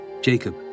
Jacob